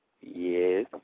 Yes